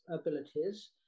abilities